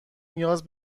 نیاز